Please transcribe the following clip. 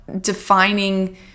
defining